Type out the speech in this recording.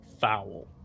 foul